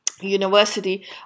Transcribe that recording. university